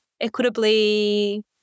equitably